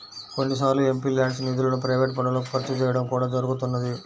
కొన్నిసార్లు ఎంపీల్యాడ్స్ నిధులను ప్రైవేట్ పనులకు ఖర్చు చేయడం కూడా జరుగుతున్నది